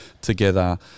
together